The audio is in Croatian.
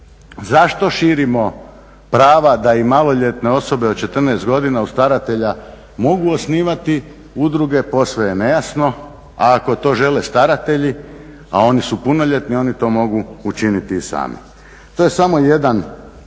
Zašto širimo prava da i maloljetne osobe od 14 godina uz staratelja mogu osnivati udruge posve je nejasno, a ako to žele staratelji a oni su punoljetni oni to mogu učiniti i sami. To je samo jedan